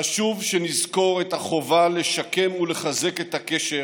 חשוב שנזכור את החובה לשקם ולחזק את הקשר